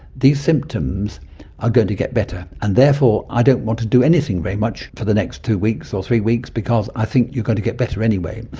these symptoms are going to get better. and therefore i don't want to do anything very much for the next two weeks or three weeks because i think you're going to get better anyway.